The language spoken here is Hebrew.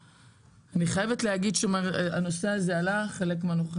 אני חייבת להגיד שהנושא הזה עלה חלק מהנוכחות